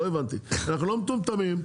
אנחנו לא מטומטמים,